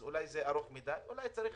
אולי את תקופה ארוכה מדי, אולי צריך